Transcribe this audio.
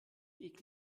eklig